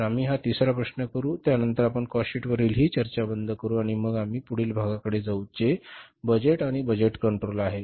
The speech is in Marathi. तर आम्ही हा तिसरा प्रश्न करू त्यानंतर आपण कॉस्ट शीट वरील ही चर्चा बंद करू आणि मग आम्ही पुढील भागांकडे जाऊ जे बजेट आणि बजेट कंट्रोल आहे